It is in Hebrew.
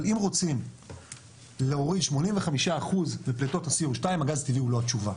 אבל אם רוצים להוריד 85% בפליטות ה-CO2 הגז הטבעי הוא לא התשובה.